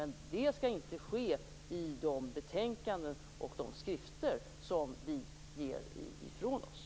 Men det skall inte ske i de betänkanden och de skrifter som vi ger ifrån oss.